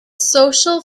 social